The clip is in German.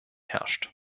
herrschen